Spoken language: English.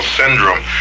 syndrome